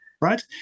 Right